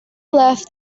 left